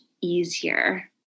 easier